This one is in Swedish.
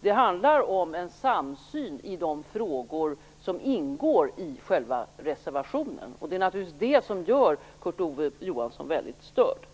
det handlar om en samsyn i de frågor som ingår i själva reservationen, och det är naturligtvis detta som gör Kurt Ove Johansson väldigt störd.